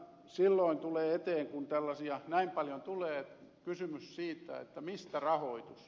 silloin tulee eteen kun tällaisia näin paljon tulee kysymys siitä mistä rahoitus